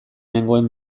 nengoen